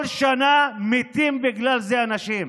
כל שנה מתים בגלל זה אנשים,